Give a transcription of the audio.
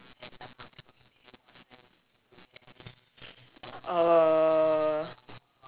uh